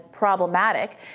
Problematic